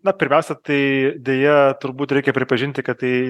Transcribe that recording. na pirmiausia tai deja turbūt reikia pripažinti kad tai